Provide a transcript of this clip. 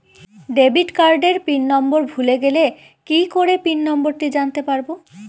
Debit কার্ডের PIN number ভুলে গেলে কি করে পিন নম্বরটি জানতে পারবো?